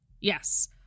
Yes